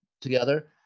together